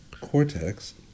cortex